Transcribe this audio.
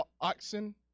oxen